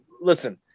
listen